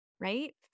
right